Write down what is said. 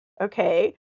okay